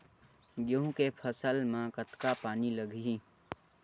गेहूं के फसल म कतका पानी लगही?